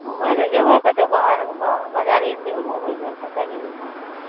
घुमय लए जेबय कतहु बाहर बाजारे ने जेबय घुमय लए कतऽ जेबय घुमय लए